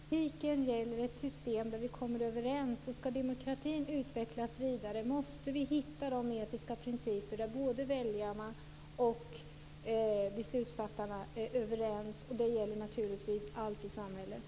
Fru talman! Så är det absolut inte. Etiken gäller ett system där vi kommer överens. Skall demokratin utvecklas vidare måste vi hitta de etiska principer där både väljarna och beslutsfattarna är överens. Det gäller naturligtvis allt i samhället.